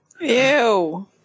Ew